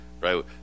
right